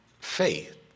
faith